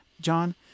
John